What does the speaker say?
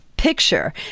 picture